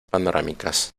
panorámicas